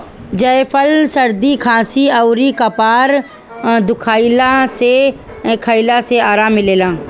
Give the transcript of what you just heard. जायफल सरदी खासी अउरी कपार दुखइला में खइला से आराम मिलेला